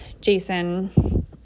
Jason